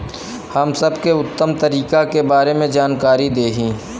हम सबके उत्तम तरीका के बारे में जानकारी देही?